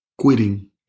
quitting